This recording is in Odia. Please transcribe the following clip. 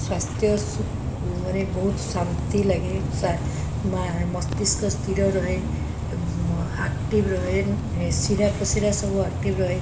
ସ୍ୱାସ୍ଥ୍ୟ ସୁ ମାନେ ବହୁତ ଶାନ୍ତି ଲାଗେ ମସ୍ତିଷ୍କ ସ୍ଥିର ରହେ ଆକ୍ଟିଭ୍ ରହେ ଏ ଶିରା ପ୍ରଶିରା ସବୁ ଆକ୍ଟିଭ୍ ରହେ